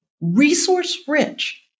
resource-rich